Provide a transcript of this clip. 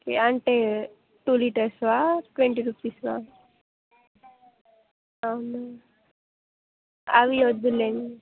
okay అంటే two లీటర్స్వా twenty రూపీస్వా అవునా అవి వద్దులేండి